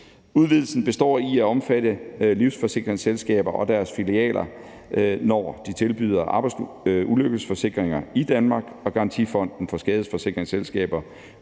Udvidelsen består i at omfatte livsforsikringsselskaber og deres filialer, når de tilbyder arbejdsulykkesforsikringer i Danmark, og Garantifonden for Skadesforsikringsselskaber